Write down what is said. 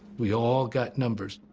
we all got numbers,